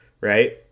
right